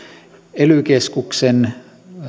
ely keskuksen